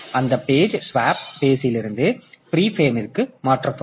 எனவே அந்த page swap பேசிலிருந்து பிரீ பிரேம்மிற்கு மாற்றப்படும்